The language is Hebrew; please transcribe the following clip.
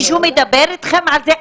מישהו מדבר איתכם על זה?